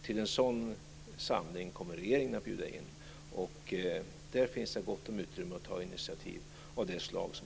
Till en sådan samling kommer regeringen att bjuda in. Där finns det gott om utrymme att ta initiativ av det slag som